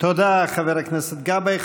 תודה, חבר הכנסת גבאי.